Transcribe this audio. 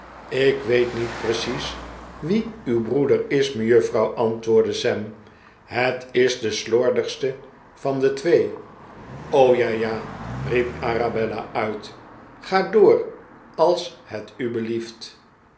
ik weet niet precies wie uw broeder is mejuffrouw antwoordde sam het is de slordigste van de twee ja ja riep arabella uit ga door als het